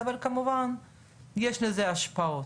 אבל כמובן יש לזה השפעות.